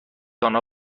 آنها